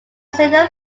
senior